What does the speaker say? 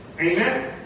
Amen